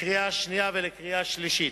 לקריאה השנייה ולקריאה השלישית.